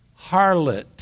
Harlot